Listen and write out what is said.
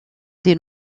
des